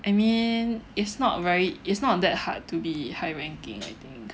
I mean it's not very it's not that hard to be high ranking I think